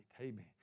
Amen